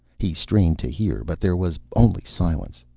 he strained to hear, but there was only silence.